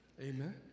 Amen